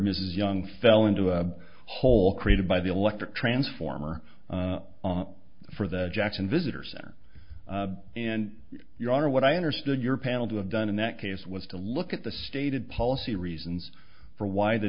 mrs young fell into a hole created by the electric transformer for the jackson visitor center and your honor what i understood your panel to have done in that case was to look at the stated policy reasons for why the